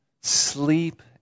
sleep